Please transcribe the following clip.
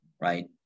right